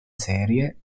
serie